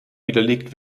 widerlegt